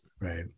Right